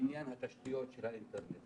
בעניין התשתיות של האינטרנט,